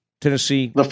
Tennessee